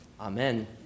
Amen